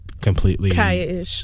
completely